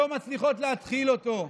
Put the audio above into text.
לא מצליחות להתחיל אותו.